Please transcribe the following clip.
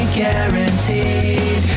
guaranteed